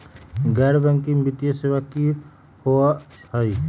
गैर बैकिंग वित्तीय सेवा की होअ हई?